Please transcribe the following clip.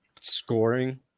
scoring